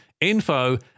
info